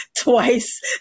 twice